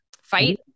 fight